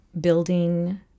building